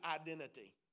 identity